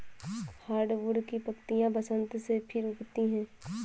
hardwood की पत्तियां बसन्त में फिर उगती हैं